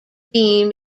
beam